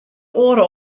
oare